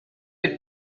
had